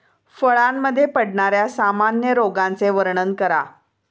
फळांमध्ये पडणाऱ्या सामान्य रोगांचे वर्णन करा